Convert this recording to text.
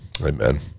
amen